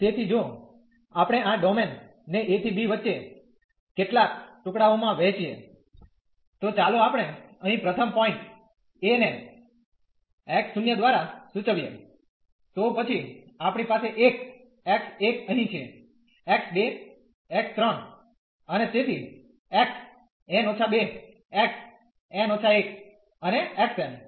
તેથી જો આપણે આ ડોમેન ને a ¿ b વચ્ચે કેટલાક ટુકડાઓમાં વહેંચીએ તો ચાલો આપણે અહીં પ્રથમ પોઈન્ટ a ને x0 દ્વારા સૂચવીએ તો પછી આપણી પાસે એક x1 અહીં છે x2 x3 અને તેથી xn−2 xn−1 અને xn